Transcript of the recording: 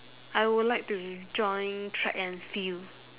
I will like to join track and field